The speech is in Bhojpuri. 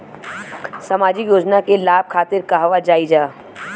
सामाजिक योजना के लाभ खातिर कहवा जाई जा?